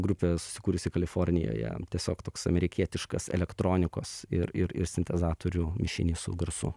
grupė susikūrusi kalifornijoje tiesiog toks amerikietiškas elektronikos ir ir sintezatorių mišinys su garsu